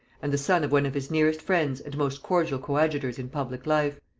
and the son of one of his nearest friends and most cordial coadjutors in public life.